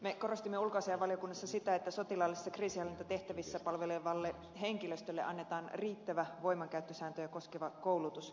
me korostimme ulkoasiainvaliokunnassa sitä että sotilaallisissa kriisinhallintatehtävissä palvelevalle henkilöstölle annetaan riittävä voimankäyttösääntöjä koskeva koulutus